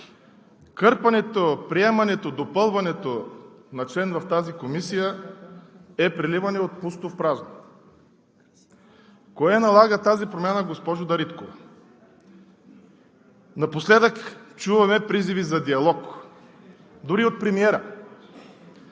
Кърпенето, приемането, допълването на член в тази комисия е преливане от пусто в празно. Кое налага тази промяна, госпожо Дариткова? Напоследък чуваме призиви за диалог, дори от премиера.